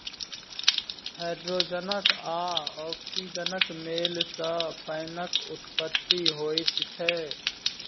hydrogen आ औक्सीजनक मेल सॅ पाइनक उत्पत्ति होइत छै